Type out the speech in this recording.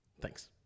Thanks